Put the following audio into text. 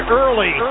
early